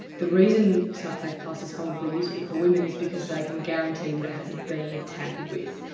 the reason smartsafe plus is probably useful for women is because they can guarantee that it hasn't been tampered with.